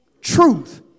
truth